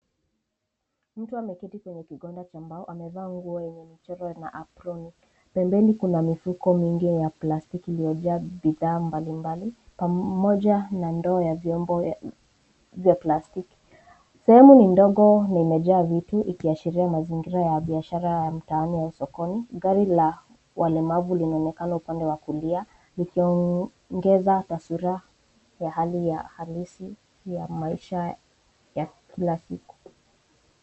Mtu ameketi kwenye kigoda cha mbao amevaa nguo yenye imechorwa na aproni. Pembeni kuna mifuko mingi ya plastiki iliyojaa bidhaa mbalimbali pamoja na ndoo ya viombo vya plastiki. Sehemu ni ndogo na imejaa vitu ikiashiria mazingira ya biashara ya mtaani ya sokoni. Gari la walemavu linaonekana upande wa kulia likiongeza taswira ya hali halisi ya maisha ya kila siku.